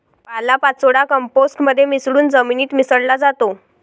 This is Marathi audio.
पालापाचोळा कंपोस्ट मध्ये मिसळून जमिनीत मिसळला जातो